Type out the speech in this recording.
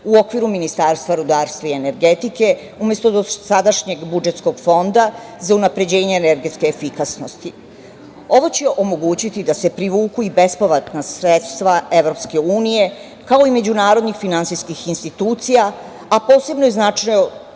u okviru Ministarstva rudarstva i energetike umesto dosadašnjeg budžetskog fonda za unapređenje energetske efikasnosti. Ovo će omogućiti da se privuku i bespovratna sredstva EU, kao i međunarodnih finansijskih institucija, a posebno je značajno